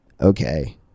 okay